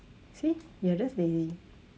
see you are just lazy